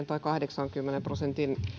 tai kahdeksankymmenen prosentin